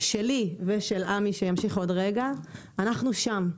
שלי ושל עמי שימשיך עוד רגע, אנחנו שם.